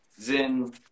zin